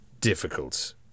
difficult